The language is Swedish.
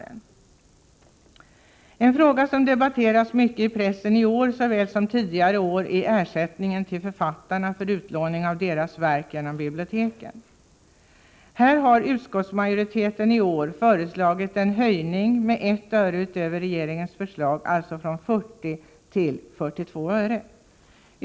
En fråga som debatterats mycket i pressen i år såväl som tidigare år är ersättningen till författare för utlåning av deras verk genom biblioteken. Här har utskottsmajoriteten i år föreslagit en höjning med 1 öre utöver regeringens förslag, alltså från 40 till 42 öre.